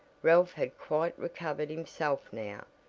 ralph had quite recovered himself now,